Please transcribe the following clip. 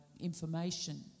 information